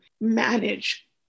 manage